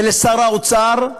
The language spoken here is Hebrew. ולשר האוצר,